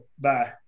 Bye